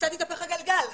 קצת התהפך הגלגל,